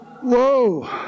whoa